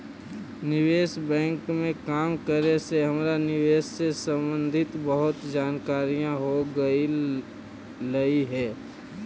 निवेश बैंक में काम करे से हमरा निवेश से संबंधित बहुत जानकारियाँ हो गईलई हे